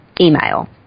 email